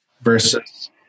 versus